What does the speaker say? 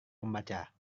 membaca